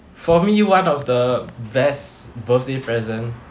for me one of the best birthday present